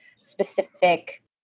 specific